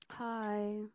Hi